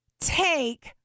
take